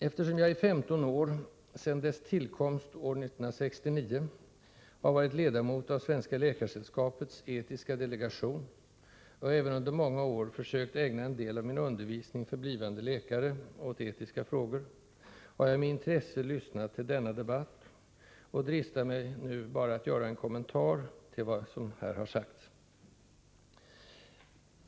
Eftersom jag i 15 år, sedan dess tillkomst år 1969, har varit ledamot av Svenska läkaresällskapets etiska delegation och även under många år försökt ägna en del av min undervisning för blivande läkare åt etiska frågor, har jag med intresse lyssnat till denna debatt och dristar mig nu bara att göra en kommentar till något av det som här har sagts.